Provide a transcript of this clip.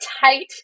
tight